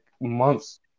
months